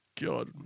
God